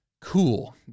Cool